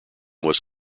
was